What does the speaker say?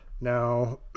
Now